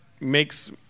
makes